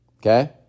Okay